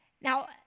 Now